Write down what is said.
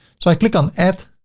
so i click on add,